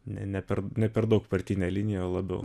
ne ne per ne per daug partinę liniją labiau